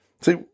See